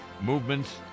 Movements